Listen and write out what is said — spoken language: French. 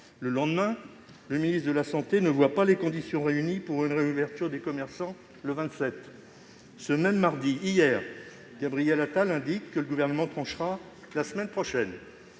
le lendemain, le ministre de la santé ne voit pas les conditions réunies pour une réouverture des commerçants le 27 ; ce même mardi, c'est-à-dire hier, Gabriel Attal indique que le Gouvernement tranchera « la semaine prochaine